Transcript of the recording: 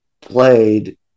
played